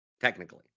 technically